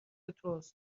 توست